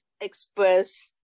express